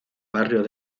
barrio